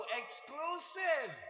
exclusive